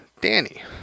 Danny